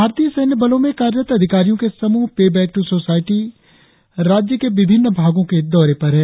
भारतीय सैन्य बलों में कार्यरत अधिकारियों के समूह पे बैक टू सोसायटी राज्य के विभिन्न भागों के दौरे पर है